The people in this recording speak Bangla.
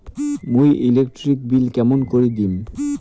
মুই ইলেকট্রিক বিল কেমন করি দিম?